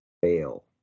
fail